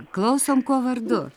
klausom kuo vardu